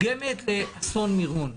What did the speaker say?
מתורגמת לאסון מירון,